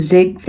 Zig